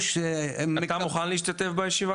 אתה מוכן להשתתף בישיבה הזאת?